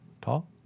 Paul